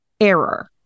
error